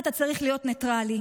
ראשית, אתה צריך להיות ניטרלי.